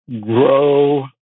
grow